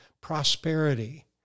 prosperity